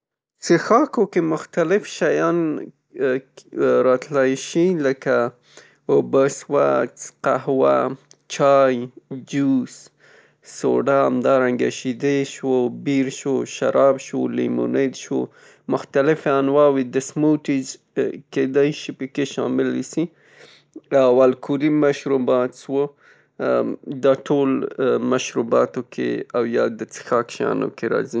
څښاکو کې مختلف شیان راتلی شي لکه اوبه شوه، قهوه، چای، جوس، سودا همدارنه شیدی شو، بیر شو، شراب شو، لیمونید شو مختلف انواوی د سموتیز کیدای شي پکې شامل شي او الکولي مشربوات شو دا ټول مشروباتو کې یا د څښاکو شیانو کې راځي.